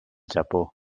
japó